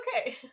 okay